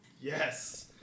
Yes